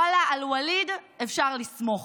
ואללה, על ווליד אפשר לסמוך,